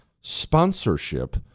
sponsorship